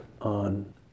on